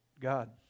God